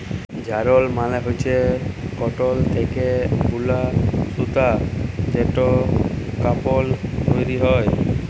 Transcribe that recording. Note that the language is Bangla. যারল মালে হচ্যে কটল থ্যাকে বুলা সুতা যেটতে কাপল তৈরি হ্যয়